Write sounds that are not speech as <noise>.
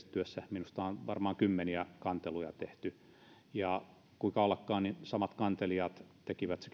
<unintelligible> työssä minusta on varmaan kymmeniä kanteluja tehty että kuinka ollakaan samat kantelijat tekivät